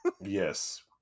Yes